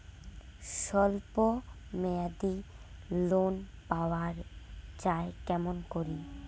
স্বল্প মেয়াদি লোন পাওয়া যায় কেমন করি?